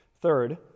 Third